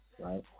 Right